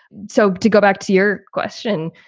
so to go back to your question,